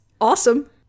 Awesome